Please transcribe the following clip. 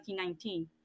2019